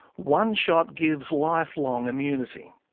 one shot gives life-long immunity.